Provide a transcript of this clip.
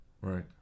right